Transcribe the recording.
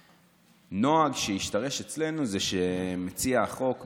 הנוהג שהשתרש אצלנו זה שמציע החוק מגיע,